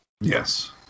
Yes